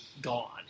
gone